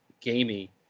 gamey